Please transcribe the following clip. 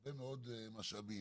הרבה מאוד משאבים.